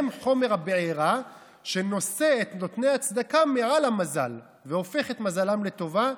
הם חומר הבערה שנושא את נותני הצדקה מעל המזל והופך את מזלם לטובה,